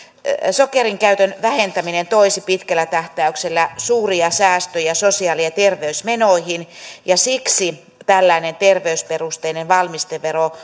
sokerin käytön vähentäminen toisi pitkällä tähtäyksellä suuria säästöjä sosiaali ja terveysmenoihin ja siksi tällainen terveysperusteinen valmistevero